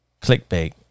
clickbait